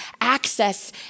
access